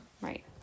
Right